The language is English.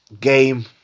game